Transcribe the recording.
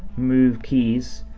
move keys,